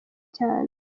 cyane